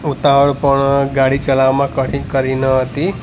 ઉતાવળ પણ ગાડી ચલાવવામાં ઘણી કરી ન હતી